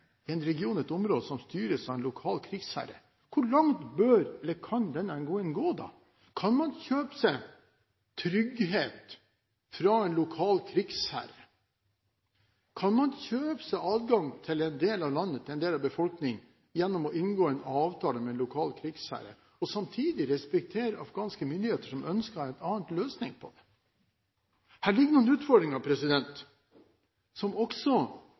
i en region eller et område som styres av en lokal krigsherre, hvor langt bør, eller kan, denne NGO-en da gå? Kan man kjøpe seg trygghet fra en lokal krigsherre? Kan man kjøpe seg adgang til en del av landet, til en del av befolkningen, gjennom å inngå en avtale med en lokal krigsherre og samtidig respektere afghanske myndigheter, som ønsker en annen løsning? Her ligger det noen utfordringer som også